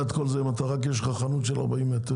את כל זה אם רק יש לך חנות של 40 מטרים?